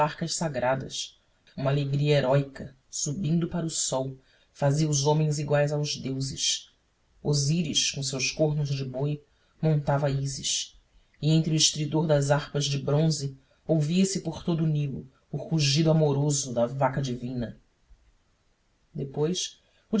barcas sagradas uma alegria heróica subindo para o sol fazia os homens iguais aos deuses osíris com os seus cornos de boi montava ísis e entre o estridor das harpas de bronze ouviase por todo o nilo o rugir amoroso da vaca divina depois